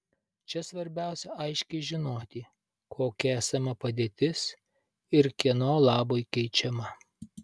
čia svarbiausia aiškiai žinoti kokia esama padėtis ir kieno labui keičiama